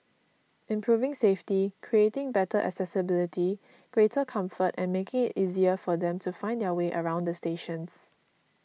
improving safety creating better accessibility greater comfort and making it easier for them to find their way around the stations